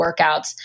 workouts